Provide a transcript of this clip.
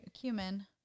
cumin